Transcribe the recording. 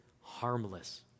harmless